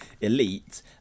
elite